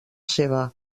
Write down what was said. seva